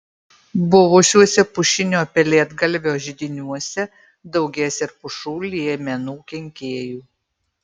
buvusiuose pušinio pelėdgalvio židiniuose daugės ir pušų liemenų kenkėjų